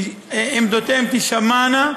עמדותיהם תישמענה,